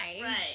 Right